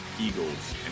Eagles